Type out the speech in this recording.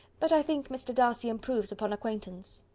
but i think mr. darcy improves upon acquaintance.